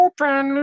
Open